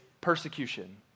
persecution